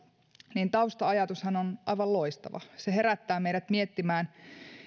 niin tausta ajatushan on aivan loistava se herättää meidät miettimään